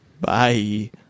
Bye